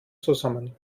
zusammen